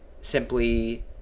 simply